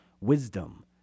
wisdom